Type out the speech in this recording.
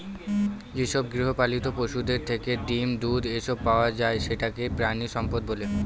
যেসব গৃহপালিত পশুদের থেকে ডিম, দুধ, এসব পাওয়া যায় সেটাকে প্রানীসম্পদ বলে